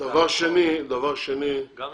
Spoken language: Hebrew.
דבר שני, אנחנו